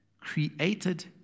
created